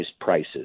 prices